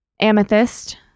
Amethyst